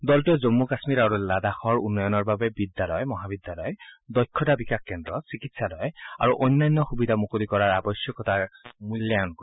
দলটোৱে জম্মু কাশ্মীৰ আৰু লাডাখৰ উন্নয়নৰ বাবে বিদ্যালয় মহাবিদ্যালয় দক্ষতা বিকাশ কেন্দ্ৰ চিকিৎসালয় আৰু অন্যান্য সুবিধা মুকলি কৰাৰ আৱশ্যকতাৰ মূল্যায়ণ কৰিব